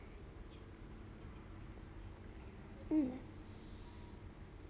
mm